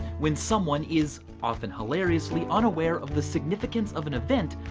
when someone is, often hilariously, unaware of the significance of an event,